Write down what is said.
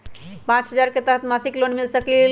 पाँच हजार के तहत मासिक लोन मिल सकील?